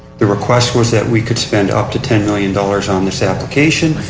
the request was that we could spend up to ten million dollars on this application.